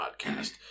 podcast